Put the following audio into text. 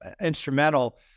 instrumental